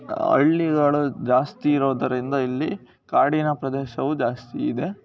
ಹಳ್ಳಿಗಳು ಜಾಸ್ತಿ ಇರೋದರಿಂದ ಇಲ್ಲಿ ಕಾಡಿನ ಪ್ರದೇಶವು ಜಾಸ್ತಿ ಇದೆ